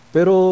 Pero